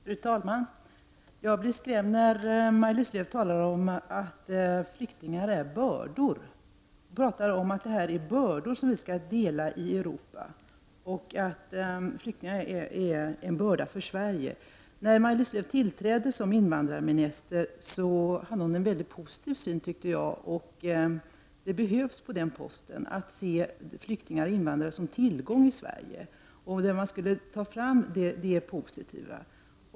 Fru talman! Jag blev skrämd när Maj-Lis Lööw talade om att flyktingar är ”bördor”. Hon talar om att detta är bördor som vi skall dela upp i Europa. Hon säger att flyktingarna är en börda för Sverige. När Maj-Lis Lööw tillträdde som invandrarminister hade hon enligt min mening en mycket positiv syn, och det är nödvändigt att den som innehar posten som invandrarminister ser flyktingar och invandrare som en tillgång för Sverige. Det gäller att ta fram det positiva.